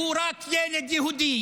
הוא רק ילד יהודי.